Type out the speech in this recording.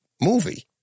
movie